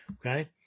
Okay